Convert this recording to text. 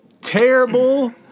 terrible